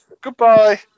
Goodbye